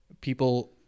People